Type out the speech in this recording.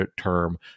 term